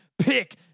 Pick